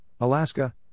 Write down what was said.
Alaska